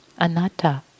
anatta